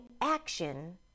action